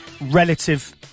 relative